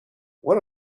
what